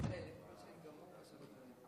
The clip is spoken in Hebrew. מתבלבלת בינה לבין שמחה רוטמן.